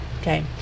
okay